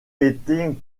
été